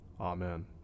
Amen